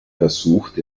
versucht